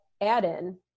add-in